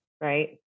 Right